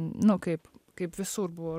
nu kaip kaip visur buvo